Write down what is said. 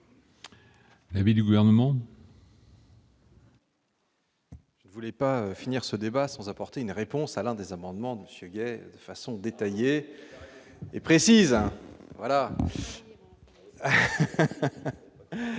Mais du gouvernement. Ne voulait pas finir ce débat sans apporter une réponse à l'un des amendements de Monsieur Guey façon détaillée. Et précise : voilà.